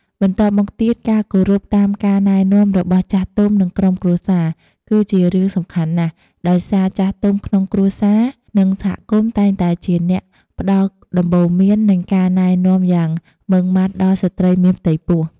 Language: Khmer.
បន្ទាប់មកទៀត ការគោរពតាមការណែនាំរបស់ចាស់ទុំ និងក្រុមគ្រួសារ គឺជារឿងសំខាន់ណាស់ ដោយសារចាស់ទុំក្នុងគ្រួសារ និងសហគមន៍តែងតែជាអ្នកផ្តល់ដំបូន្មាន និងការណែនាំយ៉ាងម៉ឺងម៉ាត់ដល់ស្ត្រីមានផ្ទៃពោះ។